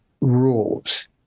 rules